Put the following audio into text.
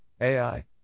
AI